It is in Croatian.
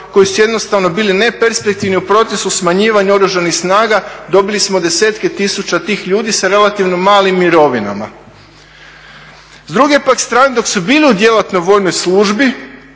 koji su jednostavno bili neperspektivni u procesu smanjivanja Oružanih snaga, dobili smo desetke tisuća tih ljudi sa relativno malim mirovinama. S druge pak strane, dok su bili u djelatnoj vojnoj službi,